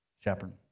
shepherd